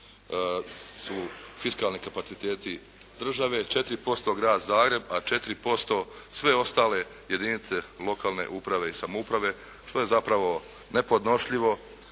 su fiskalni kapaciteti države, 4% grad Zagreb a 4% sve ostale jedinice lokalne uprave i samouprave, što je zapravo nepodnošljivo,